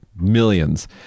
millions